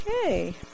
Okay